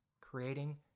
creating